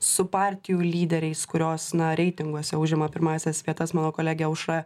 su partijų lyderiais kurios na reitinguose užima pirmąsias vietas mano kolegė aušra